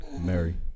Mary